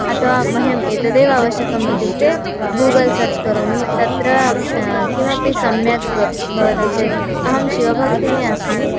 अथवा मह्यम् एतदेव अवश्यकम् इत्युक्ते गूगल् सर्च् करोमि तत्र किमपि सम्यक् भवति चेत् अहं शिवभक्तिनी अस्मि